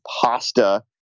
pasta